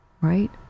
right